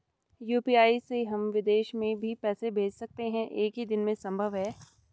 UPI से हम विदेश में भी पैसे भेज सकते हैं एक ही दिन में संभव है?